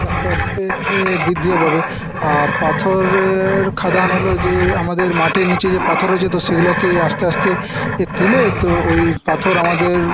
আস্তে আস্তে বৃদ্ধিও পাবে আর পাথরের খাদান হল যে আমাদের মাটির নীচে যে পাথর রয়েছে তো সেইগুলোকে আস্তে আস্তে তুলে তো ওই পাথর আমাদের